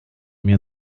mir